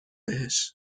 بهش